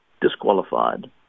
disqualified